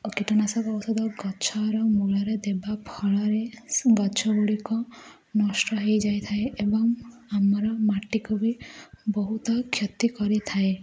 କୀଟନାଶକ ଔଷଧ ଗଛର ମୂଳରେ ଦେବା ଫଳରେ ଗଛ ଗୁଡ଼ିକ ନଷ୍ଟ ହେଇଯାଇଥାଏ ଏବଂ ଆମର ମାଟିକୁ ବି ବହୁତ କ୍ଷତି କରିଥାଏ